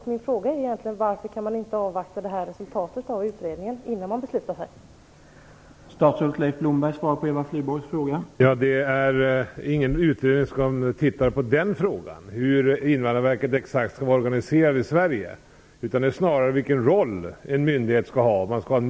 Min fråga är: Varför kan man inte avvakta resultatet av den innan man fattar beslut?